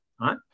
right